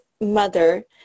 mother